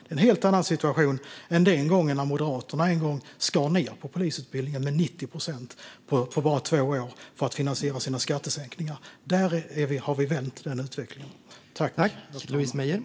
Det är en helt annan situation än när Moderaterna skar ned på polisutbildningen med 90 procent på bara två år för att finansiera sina skattesänkningar. Den utvecklingen har vi vänt.